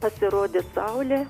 pasirodys saulė